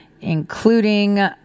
including